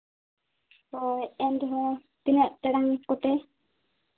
ᱦᱳᱭ ᱮᱱ ᱨᱮᱦᱚᱸ ᱛᱤᱱᱟᱹᱜ ᱴᱟᱲᱟᱝ ᱠᱚᱛᱮ